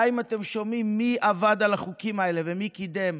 די אם אתם שומעים מי עבד על החוקים האלה ומי קידם,